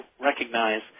recognize